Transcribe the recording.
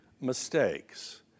mistakes